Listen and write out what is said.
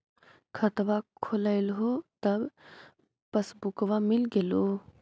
खतवा खोलैलहो तव पसबुकवा मिल गेलो?